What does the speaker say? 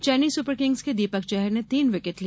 Chennai super kings के दीपक चहर ने तीन विकेट लिए